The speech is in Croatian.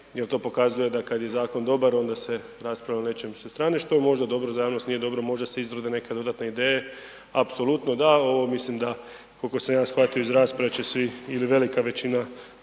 jel to pokazuje da kada je zakon dobar onda se raspravlja nešto sa strane što je možda dobro, za javnost nije dobro možda se izrode neke dodatne ideje, apsolutno da. A ovo mislim da koliko sam ja shvatio iz rasprave će svi ili velika većina